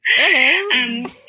Hello